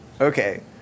Okay